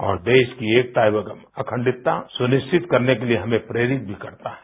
और देश की एकता और अखंडता सुनिश्चित करने के लिए हमें प्रेरित भी करता है